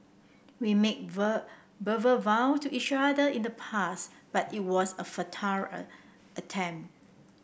we made vow to each other in the past but it was a attempt